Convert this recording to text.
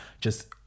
just-